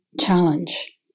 challenge